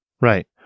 Right